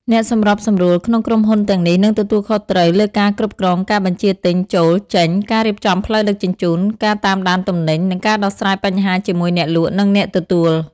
អ្នកសម្របសម្រួលក្នុងក្រុមហ៊ុនទាំងនេះនឹងទទួលខុសត្រូវលើការគ្រប់គ្រងការបញ្ជាទិញចូល-ចេញ ការរៀបចំផ្លូវដឹកជញ្ជូន ការតាមដានទំនិញ និងការដោះស្រាយបញ្ហាជាមួយអ្នកលក់ និងអ្នកទទួល។